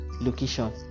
location